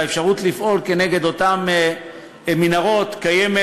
והאפשרות לפעול כנגד אותן מנהרות קיימת,